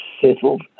settled